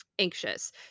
Anxious